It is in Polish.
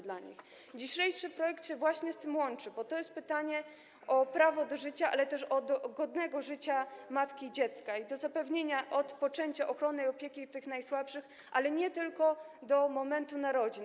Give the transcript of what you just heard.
Dzisiejszy projekt się z tym łączy, bo to jest pytanie o prawo do życia, ale też godnego życia, matki i dziecka i do zapewnienia od poczęcia ochrony i opieki tym najsłabszym, ale nie tylko do momentu narodzin.